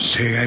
Say